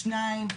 שניים,